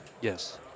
Yes